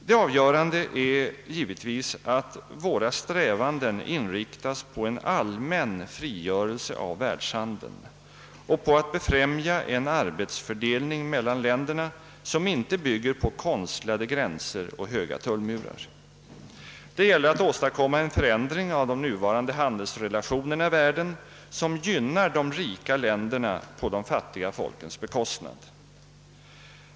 Det avgörande är givetvis att våra strävanden inriktas på en allmän frigörelse av världshandeln och på att befrämja en arbetsfördelning mellan länderna som inte bygger på konstlade gränser och höga tullmurar. Det gäller att åstadkomma en förändring av handelsrelationerna i världen, vilka nu gynnar de rika länderna på de fattiga folkens bekostnad.